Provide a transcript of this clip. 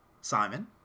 simon